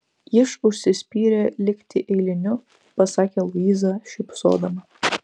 jis užsispyrė likti eiliniu pasakė luiza šypsodama